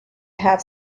have